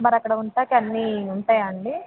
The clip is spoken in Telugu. మరి అక్కడ ఉండటానికి అన్ని ఉంటాయా అండి